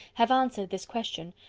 have answered this question,